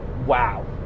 Wow